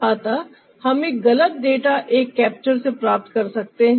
अतः हम एक गलत डाटा एक कैप्चर से प्राप्त कर सकते हैं